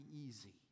easy